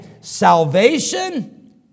Salvation